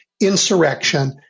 insurrection